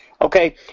Okay